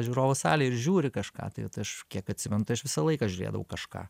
žiūrovų salę ir žiūri kažką tai aš kiek atsimenu tai aš visą laiką žiūrėdavau kažką